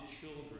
children